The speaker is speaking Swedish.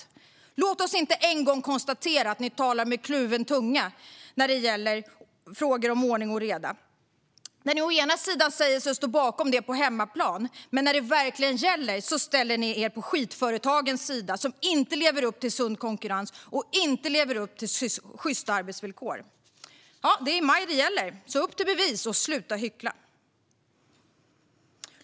Låt oss inte ännu en gång tvingas konstatera att ni talar med kluven tunga när det gäller frågor om ordning och reda. Ni säger er stå bakom detta på hemmaplan, men när det verkligen gäller ställer ni er på skitföretagens sida - företag som inte står för en sund konkurrens och inte lever upp till sjysta arbetsvillkor. Det är i maj det gäller. Upp till bevis, och sluta hyckla!